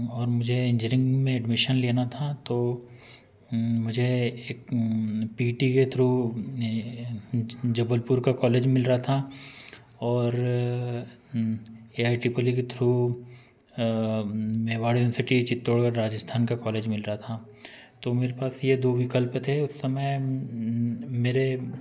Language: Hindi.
और मुझे इंजीनियरिंग में एडमिशन लेना था तो मुझे एक पी टी के थ्रू जबलपुर का कॉलेज मिल रहा था और ए आई ट्रिपल ई के थ्रू मेवाड़ इंस्टिट्यूट चित्तौड़गढ़ राजस्थान का कॉलेज मिल रहा था तो मेरे पास यह दो विकल्प थे उस समय मेरे